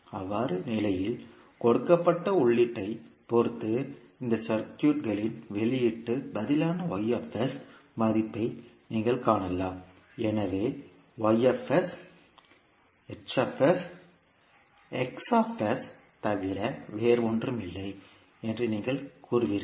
அவ்வாறான நிலையில் கொடுக்கப்பட்ட உள்ளீட்டைப் பொறுத்து இந்த சர்க்யூட் களின் வெளியீட்டு பதிலான மதிப்பை நீங்கள் காணலாம் எனவே தவிர வேறில்லை என்று நீங்கள் கூறுவீர்கள்